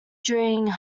during